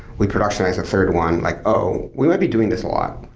we production a third one. like, oh, we might be doing this a lot.